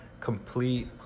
complete